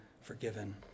forgiven